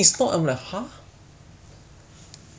seven thirty seventy 八百块